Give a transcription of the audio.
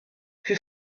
fut